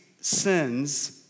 sins